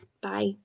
Bye